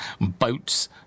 boats